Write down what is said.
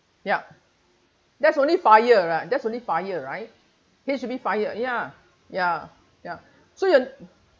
yup that's only fire right that's only fire right H_D_B fire ya ya ya so your